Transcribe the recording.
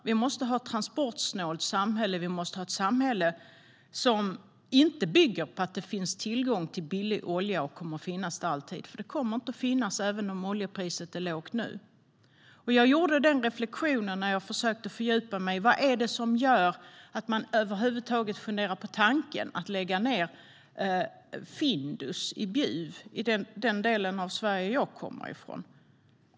Vi måste ha ett transportsnålt samhälle, och vi måste ha ett samhälle som inte bygger på att det finns tillgång till billig olja och att det alltid kommer att finnas det. Det kommer det inte att göra, även om oljepriset är lågt nu. Jag gjorde en reflektion när jag försökte fördjupa mig i detta. Vad är det som gör att man över huvud taget funderar på tanken att lägga ned Findus i Bjuv, i den del av Sverige som jag kommer ifrån?